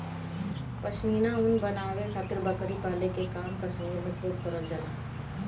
पश्मीना ऊन बनावे खातिर बकरी पाले के काम कश्मीर में खूब करल जाला